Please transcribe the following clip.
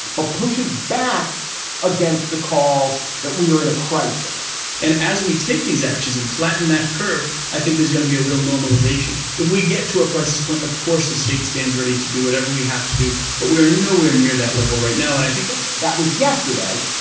but pushes back against the call that we are in a crisis and as we take these actions and flatten that curve, i think there's going to be a real normalization if we get to a crisis point. of course, the state stands ready to do whatever we have to do, but we're nowhere near that level right now and i think that's that was yesterday.